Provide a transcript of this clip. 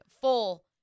full